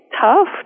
tough